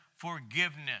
forgiveness